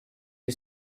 est